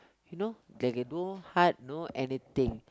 you know they can no heart no anything